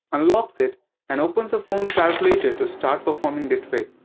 unlocks it and opens a phone calculator to start performing the trick.